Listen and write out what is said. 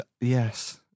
Yes